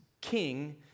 king